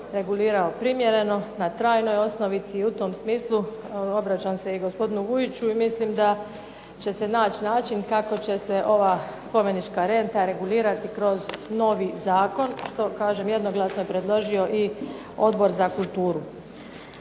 regulirao primjereno, na trajnoj osnovici i u tom smislu obraćam se gospodinu Vujiću i mislim da će se naći način kako će se ova spomenička renta regulirati kroz novi zakon, što je jednostavno predložio o Odbor za kulturu.